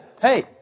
Hey